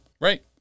right